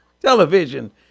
television